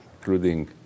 including